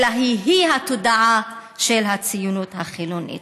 אלא היא-היא התודעה של הציונות החילונית.